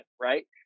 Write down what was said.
right